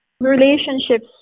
relationships